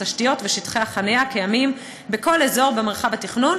בתשתיות ובשטחי החניה הקיימים בכל אזור במרחב התכנון,